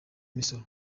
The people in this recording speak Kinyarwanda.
imisoro